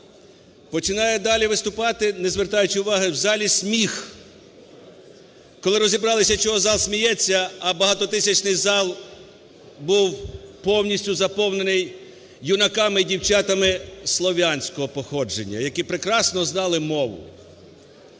Починає далі виступати, не звертаючи уваги, в залі сміх. Коли розібралися, чого зал сміється, а багатотисячний зал був повністю заповнений юнаками і дівчатами слов'янського походження, які прекрасно знали мову.